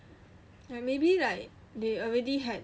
like maybe like you already had